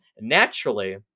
naturally